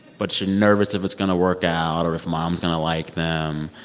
but you're nervous if it's going to work out or if mom's going to like them,